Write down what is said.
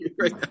right